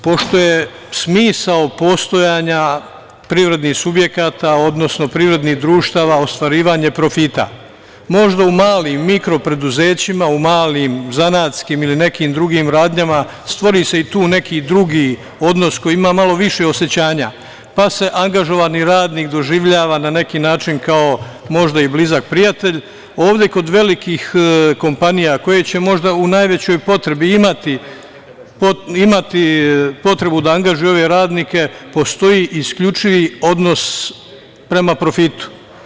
Pošto je smisao postojanja privrednih subjekata, odnosno privrednih društava ostvarivanje profita, možda u malim i mikro preduzećima, u malim zanatskim ili nekim drugim radnjama stvori se i tu neki drugi odnos koji ima malo više osećanja, pa se angažovani radnik doživljava na neki način kao možda i blizak prijatelj, ovde kod velikih kompanija koje će možda u najvećoj meri imati potrebu da angažuju ove radnike postoji isključivi odnos prema profitu.